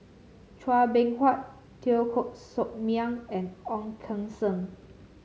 Chua Beng Huat Teo Koh Sock Miang and Ong Keng Sen